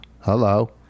Hello